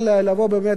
בסוגיות האלה,